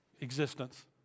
existence